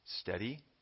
steady